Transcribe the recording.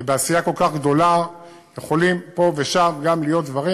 ובעשייה כל כך גדולה יכולים פה ושם גם להיות דברים,